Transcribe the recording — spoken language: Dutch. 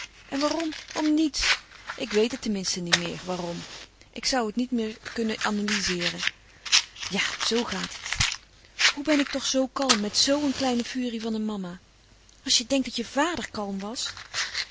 en waarom om niets ik weet het ten minste niet meer waarom ik zoû het niet meer kunnen analyzeeren ja zoo gaat het hoe ben ik toch zoo kalm met zoo een kleine furie van een mama als je denkt dat je vader kalm was